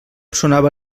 sonava